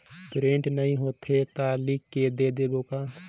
Print नइ होथे ता लिख के दे देबे का?